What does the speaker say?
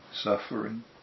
suffering